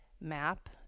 map